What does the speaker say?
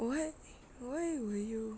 what why were you